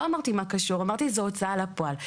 לא אמרתי מה קשור, אמרתי שזו הוצאה לפועל.